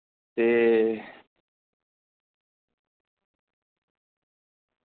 ते